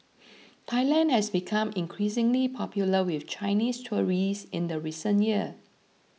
Thailand has become increasingly popular with Chinese tourists in the recent years